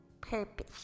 Purpose